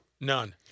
none